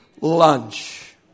lunch